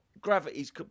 Gravity's